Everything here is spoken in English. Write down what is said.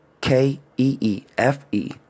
K-E-E-F-E